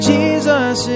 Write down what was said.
Jesus